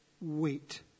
wait